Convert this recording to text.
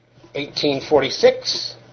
1846